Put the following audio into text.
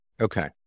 Okay